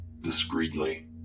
discreetly